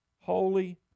holy